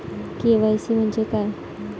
KYC म्हंजे काय?